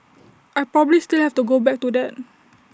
I probably still have to go back to that